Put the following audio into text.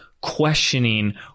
questioning